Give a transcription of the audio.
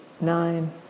nine